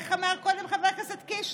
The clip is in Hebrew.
איך אמר קודם חבר הכנסת קיש?